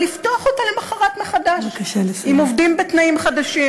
ולפתוח אותה למחרת מחדש עם עובדים בתנאים חדשים?